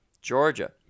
Georgia